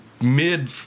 mid